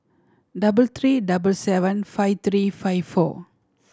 double three double seven five three five four